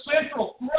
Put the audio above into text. central